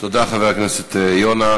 תודה, חבר הכנסת יונה.